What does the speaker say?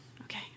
Okay